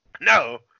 No